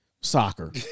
Soccer